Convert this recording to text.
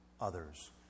others